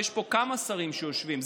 ויש פה כמה שרים שיושבים,